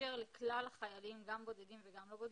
שמאפשר לכלל החיילים, גם בודדים וגם לא בודדים,